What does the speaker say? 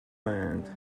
land